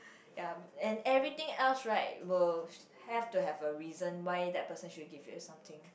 ya and everything else right will have to have a reason why that person should give you something